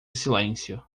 silêncio